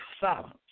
silence